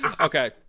Okay